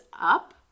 up